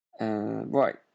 Right